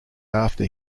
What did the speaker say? after